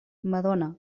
madona